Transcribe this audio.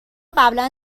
قبلا